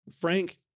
Frank